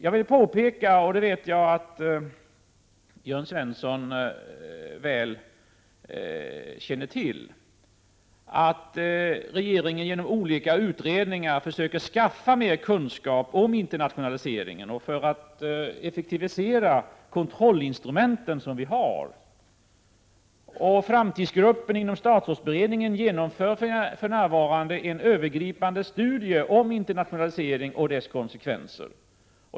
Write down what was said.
Jag vill påpeka — och det vet jag att Jörn Svensson väl känner till — att regeringen genom olika utredningar försöker att skaffa mer kunskap om internationaliseringen i syfte att effektivisera de kontrollinstrument som vi har. Den s.k. framtidsgruppen inom statsrådsberedningen genomför för närvarande en övergripande studie om internationaliseringen och dess konsekvenser.